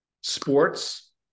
Sports